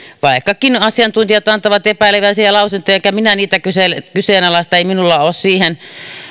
vaikkakin asiantuntijat antavat epäileväisiä lausuntoja enkä minä niitä kyseenalaista ei minulla ole siihen